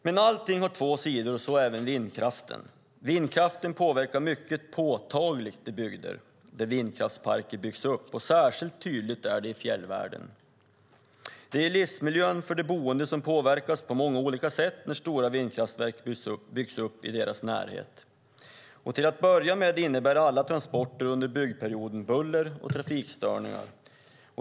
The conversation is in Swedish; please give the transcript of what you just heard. Men allting har två sidor, och så även vindkraften. Vindkraften påverkar mycket påtagligt i bygder där vindkraftsparker byggs upp. Det är särskilt tydligt i fjällvärlden. Det är livsmiljön för de boende som påverkas på många olika sätt när stora vindkraftverk byggs upp i närheten. Till att börja med innebär alla transporter under byggperioden buller och trafikstörningar.